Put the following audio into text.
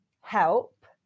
help